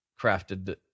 crafted